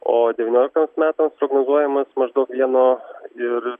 o devynioliktiems metams prognozuojamas maždaug vieno ir